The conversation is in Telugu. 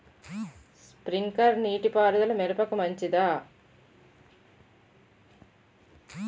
స్ప్రింక్లర్ నీటిపారుదల మిరపకు మంచిదా?